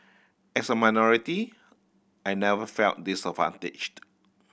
as a minority I never felt disadvantaged